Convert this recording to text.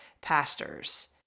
pastors